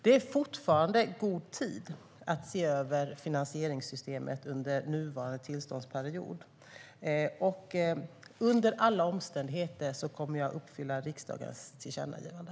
Det är fortfarande god tid att se över finansieringssystemet under nuvarande tillståndsperiod. Under alla omständigheter kommer jag att tillgodose riksdagens tillkännagivande.